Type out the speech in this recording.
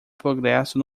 progresso